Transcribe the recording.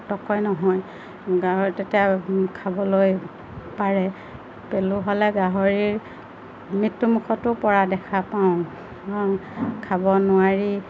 পটককৈ নহয় গাহৰি তেতিয়া খাবলৈ পাৰে পেলু হ'লে গাহৰিৰ মৃত্যুমুখতো পৰা দেখা পাওঁ খাব নোৱাৰি